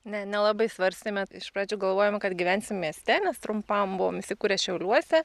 ne nelabai svarstėme iš pradžių galvojom kad gyvensim mieste nes trumpam buvom įsikūrę šiauliuose